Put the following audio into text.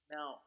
Now